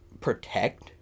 protect